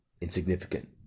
insignificant